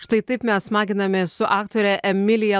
štai taip mes smaginamės su aktore emilija